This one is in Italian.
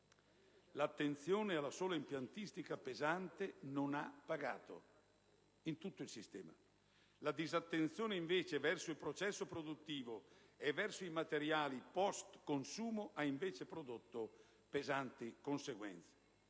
L'attenzione alla sola impiantistica pesante non ha pagato in tutto il sistema; la disattenzione verso il processo produttivo e verso i materiali *post*-consumo ha invece prodotto pesanti conseguenze.